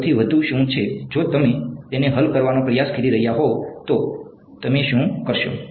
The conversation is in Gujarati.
સૌથી વધુ શું છે જો તમે તેને હલ કરવાનો પ્રયાસ કરી રહ્યાં હોવ તો તમે શું કરશો